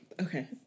Okay